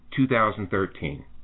2013